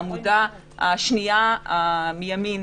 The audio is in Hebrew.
בעמודה השנייה מימין